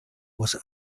was